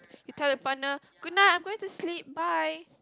you tell your partner goodnight I'm going to sleep bye